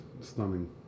stunning